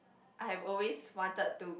I've always wanted to